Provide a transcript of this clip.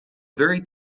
very